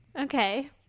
Okay